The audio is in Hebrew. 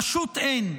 פשוט אין.